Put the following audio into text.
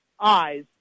eyes